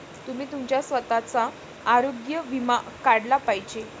तुम्ही तुमचा स्वतःचा आरोग्य विमा काढला पाहिजे